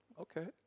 Okay